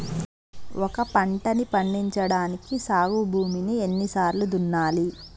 ఒక పంటని పండించడానికి సాగు భూమిని ఎన్ని సార్లు దున్నాలి?